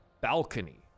balcony